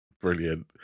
Brilliant